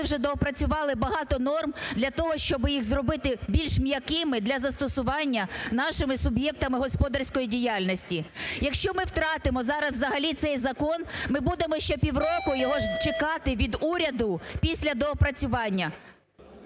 вже доопрацювали багато норм для того, щоб їх зробити більш м'якими для застосування нашими суб'єктами господарської діяльності. Якщо ми втратимо зараз, взагалі, цей закон ми будемо ще півроку його чекати від уряду після доопрацювання.